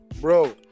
Bro